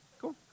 cool